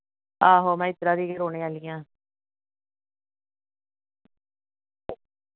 आहो मे इद्धरा दी गै रौह्ने आह्ली आं